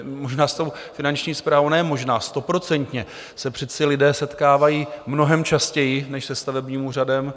Možná s tou Finanční správou ne možná, stoprocentně se přece lidé setkávají mnohem častěji než se stavebním úřadem.